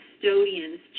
custodians